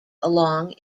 along